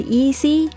easy